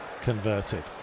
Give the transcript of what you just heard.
converted